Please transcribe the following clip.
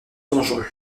dangereux